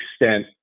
extent